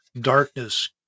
darkness